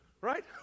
right